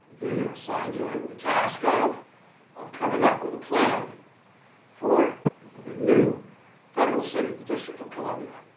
he assigned him the task of of coming up with a plan for the new federal city, the district of columbia.